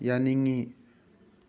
ꯌꯥꯅꯤꯡꯉꯤ